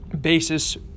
basis